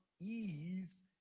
ease